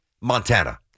Montana